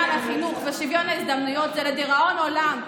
לחינוך ושוויון ההזדמנויות זה לדיראון עולם.